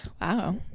Wow